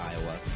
Iowa